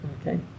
okay